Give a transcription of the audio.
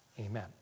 Amen